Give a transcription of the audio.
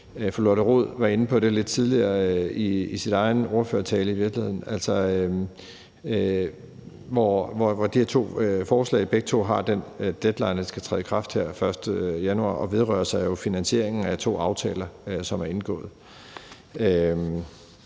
fru Lotte Rod var inde på det lidt tidligere i sin ordførertale – og at de her to forslag begge har den deadline, at de skal træde i kraft den 1. januar, og de vedrører jo finansieringen af to aftaler, som er indgået.